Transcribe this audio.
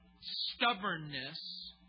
stubbornness